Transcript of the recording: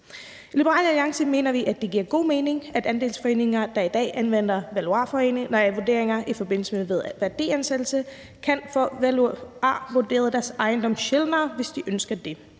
I Liberal Alliance mener vi, at det giver god mening, at andelsforeninger, der i dag anvender valuarvurderinger i forbindelse med værdiansættelse, kan få valuarvurderet deres ejendom sjældnere, hvis de ønsker det.